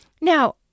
Now